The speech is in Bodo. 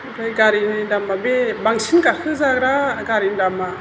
नाथाय गारिनि दामा बे बांसिन गाखोजाग्रा गारिनि दामा